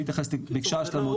בלי להתייחס לתיק,